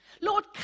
Lord